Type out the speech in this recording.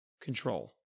control